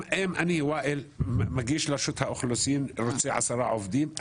אני ואאיל מגיש לרשות האוכלוסין בקשה לעשרה עובדים,